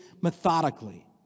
methodically